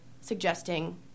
suggesting